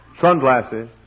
sunglasses